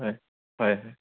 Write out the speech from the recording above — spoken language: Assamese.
হয় হয় হয়